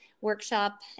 workshop